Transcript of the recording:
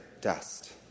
dust